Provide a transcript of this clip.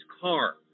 car